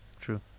true